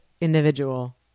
individual